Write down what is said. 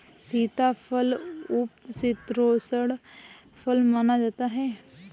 सीताफल उपशीतोष्ण फल माना जाता है